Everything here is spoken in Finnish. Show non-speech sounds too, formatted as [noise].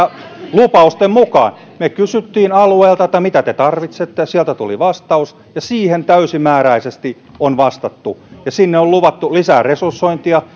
lupausten mukaan me kysyimme alueilta että mitä te tarvitsette sieltä tuli vastaus ja siihen täysimääräisesti on vastattu ja sinne on luvattu lisää resursointia [unintelligible]